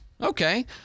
okay